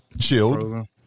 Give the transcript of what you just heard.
chilled